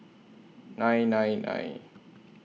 nine nine nine